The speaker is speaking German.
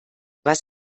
was